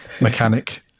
mechanic